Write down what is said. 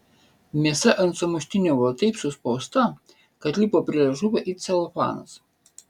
mėsa ant sumuštinio buvo taip suspausta kad lipo prie liežuvio it celofanas